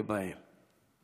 הראשון שבהם.